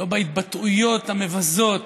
לא בהתבטאויות המבזות